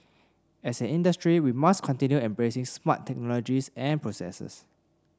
as an industry we must continue embracing smart technologies and processes